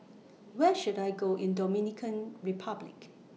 Where should I Go in Dominican Republic